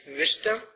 wisdom